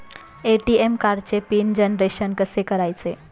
ATM कार्डचे pin generation कसे करायचे?